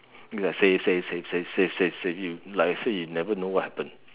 you gonna save save save save save save save you like I say you never know what happen